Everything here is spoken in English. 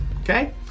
Okay